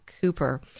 Cooper